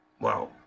Wow